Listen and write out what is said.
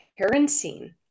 parenting